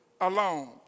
alone